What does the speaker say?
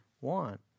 want